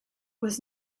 was